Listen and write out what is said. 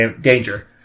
danger